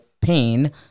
pain